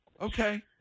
Okay